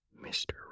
Mr